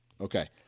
Okay